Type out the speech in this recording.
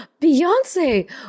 Beyonce